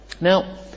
Now